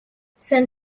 san